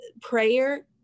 prayer